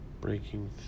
breaking